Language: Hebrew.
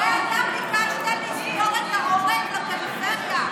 הרי אתה ביקשת לסגור את העורק לפריפריה.